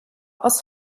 aus